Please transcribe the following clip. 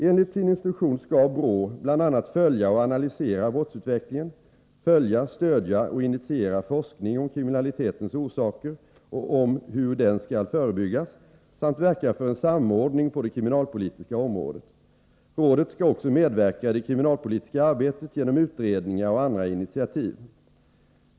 Enligt sin instruktion skall BRÅ bl.a. följa och analysera brottsutvecklingen, följa, stödja och initiera forskning om kriminalitetens orsaker och om hur den skall förebyggas samt verka för en samordning på det kriminalpolitiska området. Rådet skall också medverka i det kriminalpolitiska arbetet genom utredningar och andra initiativ.